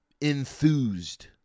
enthused